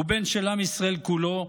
הוא בן של עם ישראל כולו,